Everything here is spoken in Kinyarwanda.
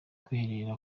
kwiherera